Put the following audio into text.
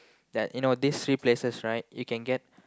you know this three places right you can get